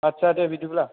आथसा दे बिदिब्ला